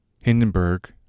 Hindenburg